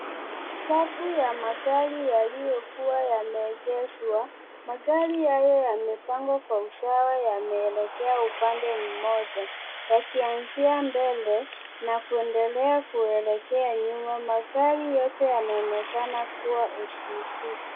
Safu ya magari yaliyokua yameegeshwa, magari hayo yamepangwa kwa usawa yameelekea upande mmoja, yakianzia mbele na kuendelea kuelekea nyuma, magari yote yanaonekanana kuwa SUV.